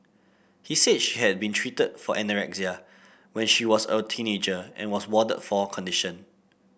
he said she had been treated for anorexia when she was a teenager and was warded for her condition